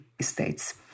states